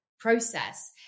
process